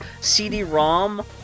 CD-ROM